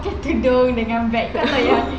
pakai tudung dengan beg besar yang